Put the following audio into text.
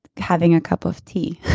having a cup of tea